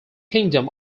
kingdom